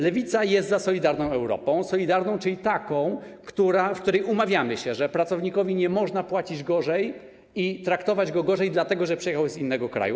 Lewica jest za solidarną Europą, solidarną, czyli taką, w której umawiamy się, że pracownikowi nie można płacić mniej i traktować go gorzej dlatego, że przyjechał z innego kraju.